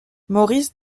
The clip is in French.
maurice